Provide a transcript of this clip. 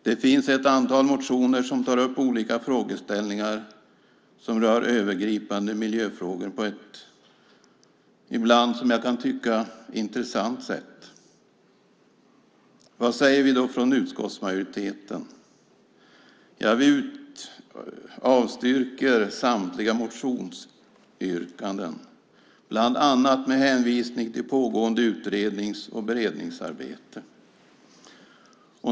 Det finns ett antal motioner som tar upp övergripande miljöfrågor på ett ibland, som jag kan tycka, intressant sätt. Vad säger då utskottsmajoriteten? Vi avstyrker samtliga motionsyrkanden, bland annat med hänvisning till pågående utrednings och beredningsarbete.